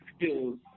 skills